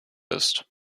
ist